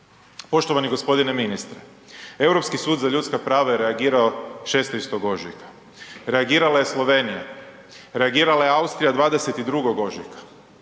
Poštovani gospodine ministre, Europski sud za ljudska prava je reagirao 16.ožujka, reagirala je Slovenija, reagirala je Austrija 22.ožujka,